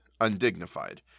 undignified